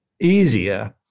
easier